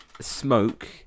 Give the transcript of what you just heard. smoke